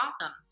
awesome